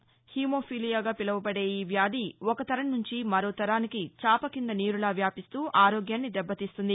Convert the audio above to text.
haemophilia గా పిలవబడే ఈ వ్యాధి ఒక తరం నుంచి మరో తరానికి చాపకింద నీరులా వ్యాపిస్తూ ఆరోగ్యాన్ని దెబ్బతీస్తుంది